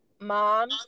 mom